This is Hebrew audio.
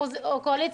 קואליציה.